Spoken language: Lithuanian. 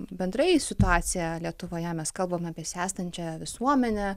bendrai į situaciją lietuvoje mes kalbame apie senstančią visuomenę